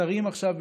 הקצרים עכשיו,